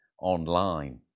online